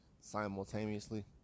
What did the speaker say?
simultaneously